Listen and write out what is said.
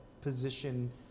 position